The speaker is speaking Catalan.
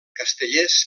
castellers